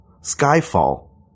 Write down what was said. Skyfall